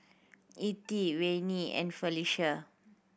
Ethie Wayne and